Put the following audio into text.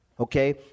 Okay